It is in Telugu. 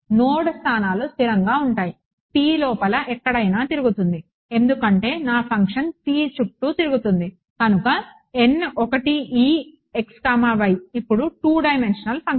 నోడ్ స్థానాలు స్థిరంగా ఉంటాయి P లోపల ఎక్కడైనా తిరుగుతుంది ఎందుకంటే నా ఫంక్షన్ P చుట్టూ తిరుగుతుంది కనుక ఇప్పుడు టూ డైమెన్షనల్ ఫంక్షన్